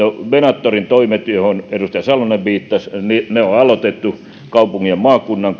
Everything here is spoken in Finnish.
venatorin toimet joihin edustaja salonen viittasi ne on aloitettu kaupungin ja maakunnan